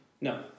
No